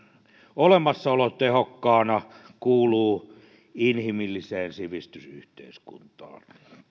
olemassaolo tehokkaana kuuluu inhimilliseen sivistysyhteiskuntaan